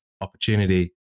opportunity